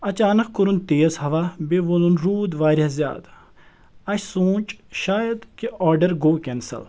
اچانک کوٚرُن تیز ہوا بیٚیہِ ووٗلُن رُود واریاہ زیادٕ اسہِ سونٛچ شاید کہِ آرڈَر گوٚو کیٚنسل